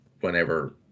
whenever